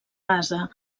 gaza